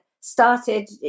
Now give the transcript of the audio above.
started